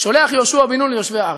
שולח יהושע בן נון ליושבי הארץ,